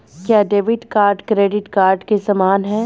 क्या debit card credit card के समान है?